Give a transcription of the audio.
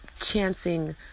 chancing